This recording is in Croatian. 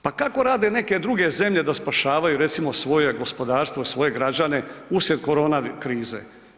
Pa kako rade neke druge zemlje da spašavaju recimo svoje gospodarstvo i svoje građane usred korona krize?